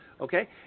Okay